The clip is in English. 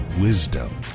wisdom